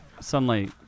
sunlight